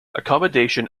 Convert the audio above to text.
accommodation